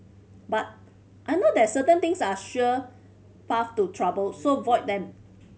but I know that certain things are sure paths to trouble so void them